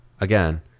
again